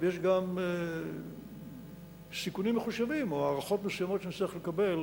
ויש גם סיכונים מחושבים או הערכות מסוימות שנצטרך לקבל